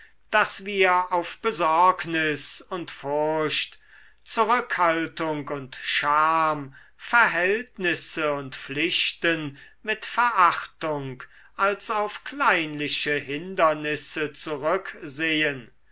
daß wir auf besorgnis und furcht zurückhaltung und scham verhältnisse und pflichten mit verachtung als auf kleinliche hindernisse zurücksehen